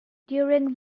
during